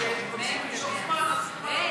אבל כשרוצים למשוך זמן,